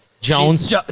jones